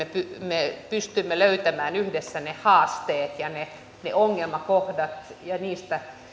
me pystymme löytämään yhdessä ne haasteet ja ne ongelmakohdat ja niistä